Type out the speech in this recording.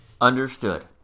Understood